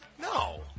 No